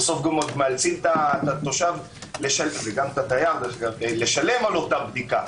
ובסוף מאלצים את התושב ואת התייר לשלם על אותה בדיקה.